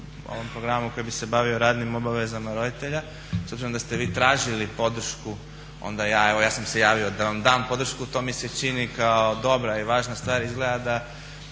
o ovom programu koji bi se bavio radnim obavezama roditelja. S obzirom da ste vi tražili podršku ona sam se ja javio da vam dam podršku. To mi se čini kao dobra i važna stvar. Izgleda da